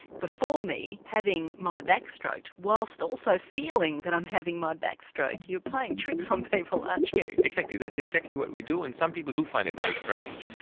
before me, having my back stroked, while also so feeling that i'm having my back stroked. you are playing tricks on people aren't you? exactly, that's exactly what we do and some people do find it very strange.